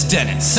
Dennis